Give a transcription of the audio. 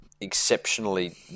exceptionally